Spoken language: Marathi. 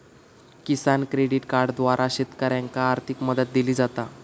किसान क्रेडिट कार्डद्वारा शेतकऱ्यांनाका आर्थिक मदत दिली जाता